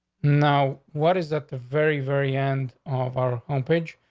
now, what is that? the very, very end of our home page.